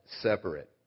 separate